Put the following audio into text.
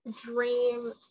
dream